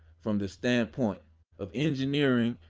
from the standpoint of engineering,